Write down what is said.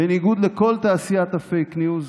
בניגוד לכל תעשיית הפייק ניוז,